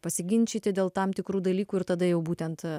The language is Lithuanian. pasiginčyti dėl tam tikrų dalykų ir tada jau būtent e